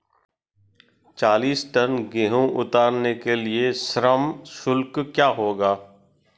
चालीस टन गेहूँ उतारने के लिए श्रम शुल्क क्या होगा?